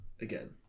again